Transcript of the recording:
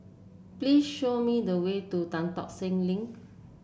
please show me the way to Tan Tock Seng Link